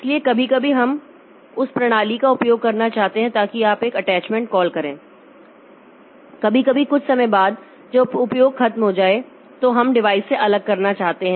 इसलिए कभी कभी हम उस प्रणाली का उपयोग करना चाहते हैं ताकि आप एक अटैचमेंट कॉल करें और कभी कभी कुछ समय बाद जब उपयोग खत्म हो जाए तो हम डिवाइस से अलग करना चाहते हैं